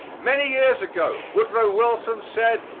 many years ago woodrow wilson said,